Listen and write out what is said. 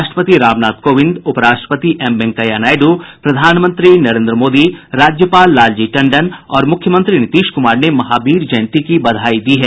राष्टपति रामनाथ कोविन्द उपराष्टपति एम वेंकैया नायडू प्रधानमंत्री नरेन्द्र मोदी राज्यपाल लालजी टंडन और मुख्यमंत्री नीतीश कुमार ने महावीर जयंती की बधाई दी है